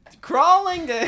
crawling